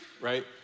right